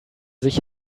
sich